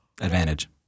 Advantage